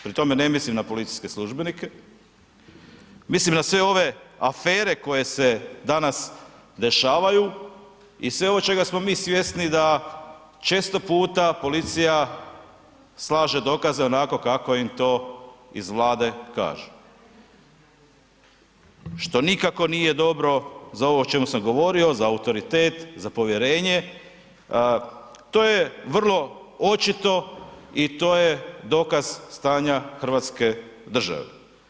Pri tome ne mislim na policijske službenike, mislim na sve ove afere koje se danas dešavaju i sve ovo čega smo mi svjesni da često puta policija slaže dokaze onako kako im to iz Vlade kažu, što nikako nije dobro za ovo o čemu sam govorio, za autoritet, za povjerenje, to je vrlo očito i to je dokaz stanja hrvatske države.